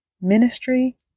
ministry